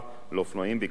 לאופנועים בעקבות התיקון